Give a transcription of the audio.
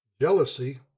Jealousy